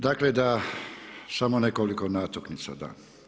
Dakle da samo nekoliko natuknica dam.